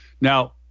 Now